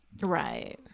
Right